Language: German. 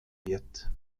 wird